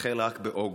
החל רק באוגוסט.